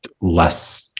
less